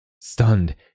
Stunned